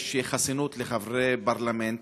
יש חסינות לחברי פרלמנט,